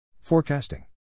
Forecasting